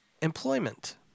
employment